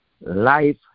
Life